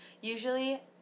usually